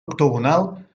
octogonal